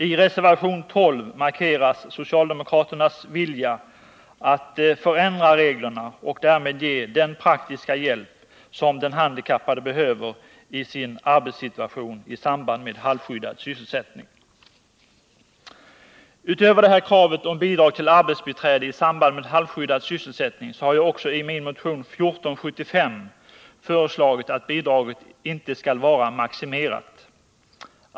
I reservation nr 12 markeras socialdemokraternas vilja att förändra reglerna och därmed ge den praktiska hjälp som den handikappade behöver i sin arbetssituation när det gäller halvskyddad sysselsättning. Utöver det här kravet på bidrag till arbetsbiträde i samband med halvskyddad sysselsättning har jag också i min motion 1475 föreslagit att bidraget inte skall vara maximerat.